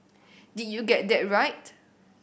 did you get that right